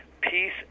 peace